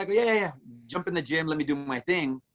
am yeah jumping the gym let me do my thing.